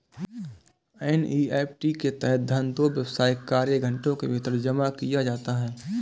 NEFT के तहत धन दो व्यावसायिक कार्य घंटों के भीतर जमा किया जाता है